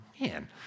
man